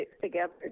together